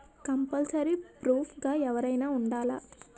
Compulsory proof గా ఎవరైనా ఉండాలా?